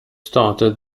started